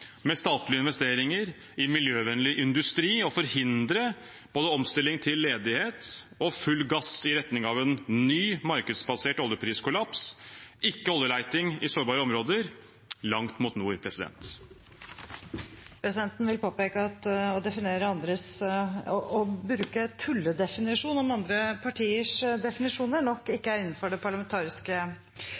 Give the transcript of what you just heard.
med statlige investeringer på miljøvennlig industri og forhindre både omstilling til ledighet og full gass i retning av en ny markedsbasert oljepriskollaps, ikke oljeleting i sårbare områder langt mot nord. Presidenten vil påpeke at å bruke begrepet «tulledefinisjon» om andre partiers definisjoner nok ikke er innenfor det parlamentariske